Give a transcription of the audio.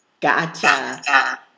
Gotcha